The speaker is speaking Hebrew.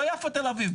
לא יפו תל אביב,